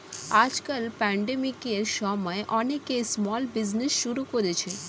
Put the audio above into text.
আজকাল প্যান্ডেমিকের সময়ে অনেকে স্মল বিজনেজ শুরু করেছে